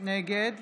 נגד